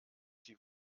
die